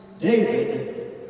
David